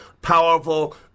Powerful